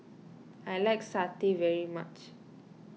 I like Satay very much